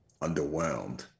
underwhelmed